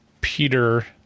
Peter